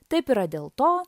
taip yra dėl to